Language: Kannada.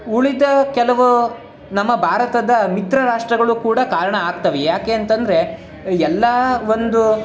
ಉಳಿದ ಕೆಲವು ನಮ್ಮ ಭಾರತದ ಮಿತ್ರ ರಾಷ್ಟ್ರಗಳು ಕೂಡ ಕಾರಣ ಆಗ್ತವೆ ಯಾಕೆ ಅಂತಂದರೆ ಎಲ್ಲ ಒಂದು